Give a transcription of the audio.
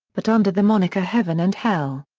but under the moniker heaven and hell.